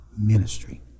ministry